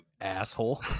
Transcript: asshole